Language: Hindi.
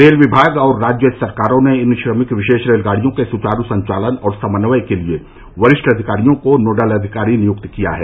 रेल विभाग और राज्य सरकारों ने इन श्रमिक विशेष रेलगाडियों के सुचारू संचालन और समन्वय के लिए वरिष्ठ अधिकारियों को नोडल अधिकारी नियुक्त किया है